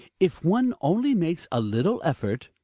if one only makes a little effort